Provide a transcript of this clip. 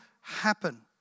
happen